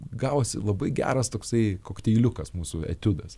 gavosi labai geras toksai kokteiliukas mūsų etiudas